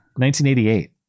1988